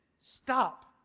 stop